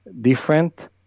different